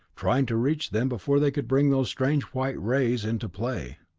trying to reach them before they could bring those strange white rays into play.